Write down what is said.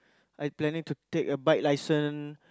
I planning to take a bike license